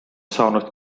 saanud